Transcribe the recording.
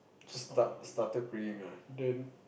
start started praying ah then